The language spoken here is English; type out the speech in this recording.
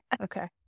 Okay